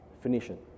Phoenician